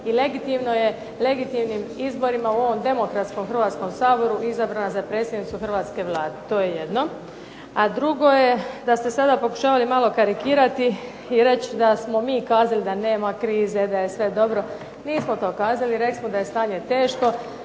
i legitimno je legitimnim izborima u ovom demokratskom Hrvatskom saboru izabrana za predsjednicu hrvatske Vlade. To je jedno. A drugo je da ste sada pokušavali malo karikirati i reći da smo mi kazali da nema krize, da je sve dobro. Nismo to kazali. Rekli smo da je stanje teško.